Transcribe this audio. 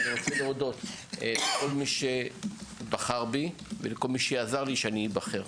אני רוצה להודות לכל מי שבחר בי ולכל מי שעזר לי להיבחר.